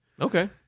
Okay